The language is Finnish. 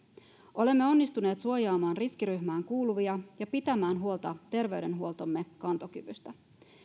olemme onnistuneet suojaamaan riskiryhmään kuuluvia ja pitämään huolta terveydenhuoltomme kantokyvystä